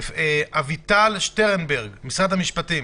אביטל שטרנברג, משרד המשפטים.